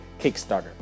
Kickstarter